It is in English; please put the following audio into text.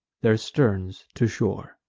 their sterns to shore.